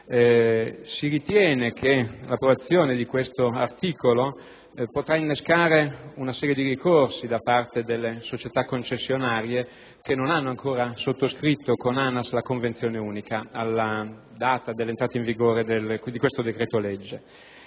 Si ritiene che l'approvazione di questo articolo potrà innescare una serie di ricorsi da parte delle società concessionarie che non hanno ancora sottoscritto con ANAS la convenzione unica alla data dell'entrata in vigore di questo decreto-legge